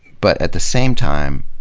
but at the same time,